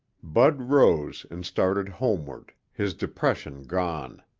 bud rose and started homeward, his depression gone.